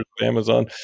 Amazon